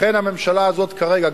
לכן הממשלה הזאת כרגע,